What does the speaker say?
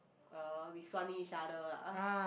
uh we suaning each other lah